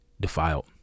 defiled